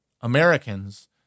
Americans